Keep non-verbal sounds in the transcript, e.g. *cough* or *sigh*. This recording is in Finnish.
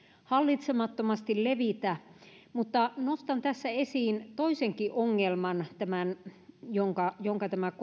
hallitsemattomasti levitä mutta nostan tässä esiin toisenkin ongelman jonka jonka tämä *unintelligible*